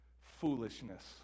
Foolishness